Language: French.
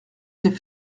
s’est